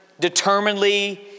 determinedly